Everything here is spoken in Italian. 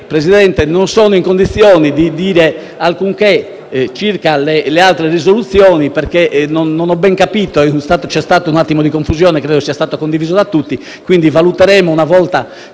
Democratico. Non sono in condizione di dire alcunché circa le altre proposte di risoluzione, perché non ho ben capito (c'è stato un attimo di confusione, che credo sia stato condiviso da tutti); quindi valuteremo una volta